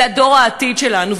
זה דור העתיד שלנו,